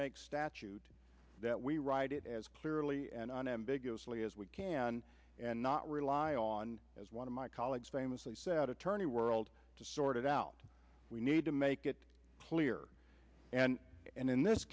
make statute that we write it as clearly and unambiguously as we can and not rely on as one of my colleagues famously said attorney world to sort it out we need to make it clear and and in this